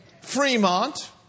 Fremont